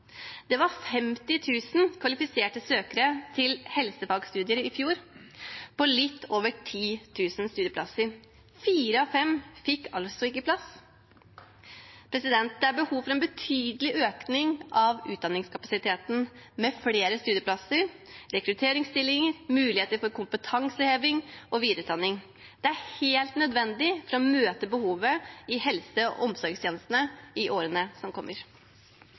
Det var 50 000 kvalifiserte søkere til helsefagstudier i fjor – til litt over 10 000 studieplasser. Fire av fem fikk altså ikke plass. Det er behov for en betydelig økning av utdanningskapasiteten, med flere studieplasser, rekrutteringsstillinger og muligheter for kompetanseheving og videreutdanning. Det er helt nødvendig for å møte behovet i helse- og omsorgstjenestene i årene som kommer.